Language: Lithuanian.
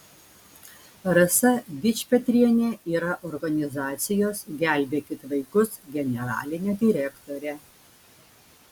rasa dičpetrienė yra organizacijos gelbėkit vaikus generalinė direktorė